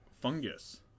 fungus